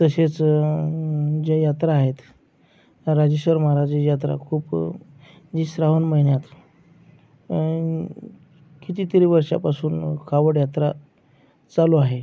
तसेच जे यात्रा आहेत राजेश्वर महाराज यात्रा खूप ही श्रावण महिन्यात कितीतरी वर्षापासून कावड यात्रा चालू आहे